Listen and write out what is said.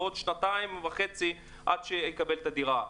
ועוד שנתיים וחצי עד שאקבל את הדירה.